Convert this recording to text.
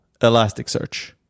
Elasticsearch